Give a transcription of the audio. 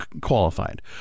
qualified